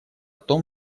том